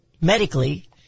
medically